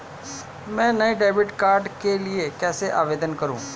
मैं नए debit card के लिए कैसे आवेदन करूं?